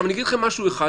אני אגיד לכם משהו אחד,